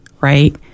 Right